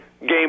Game